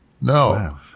No